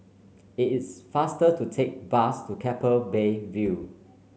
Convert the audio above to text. it is faster to take bus to Keppel Bay View